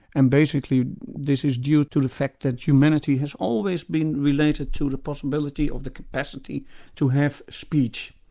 and basically this is due to the fact that humanity has always been related to the possibility of the capacity to have speech.